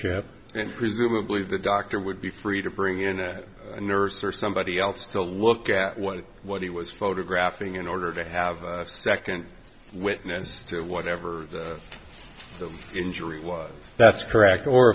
ship and presumably the doctor would be free to bring in a nurse or somebody else to look at what what he was photographing in order to have a second witness to whatever the injury was that's correct or